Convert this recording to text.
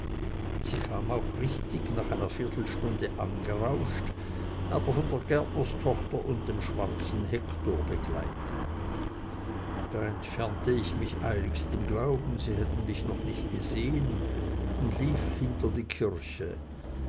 sie kam auch richtig nach einer viertelstunde herangerauscht aber von der gärtnerstochter und dem schwarzen hektor begleitet da entfernte ich mich eiligst im glauben sie hätten mich noch nicht gesehen und lief hinter die kirche